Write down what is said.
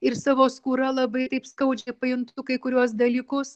ir savo skūra labai taip skaudžiai pajuntu kai kuriuos dalykus